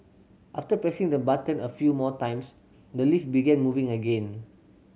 after pressing the button a few more times the lift began moving again